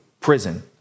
prison